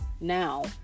now